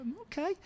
Okay